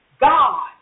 God